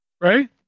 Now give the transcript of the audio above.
right